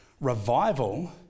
revival